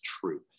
true